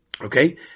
okay